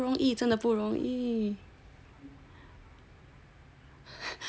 不容易真的不容易